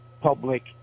public